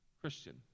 Christian